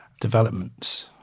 developments